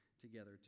together